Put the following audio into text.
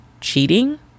cheating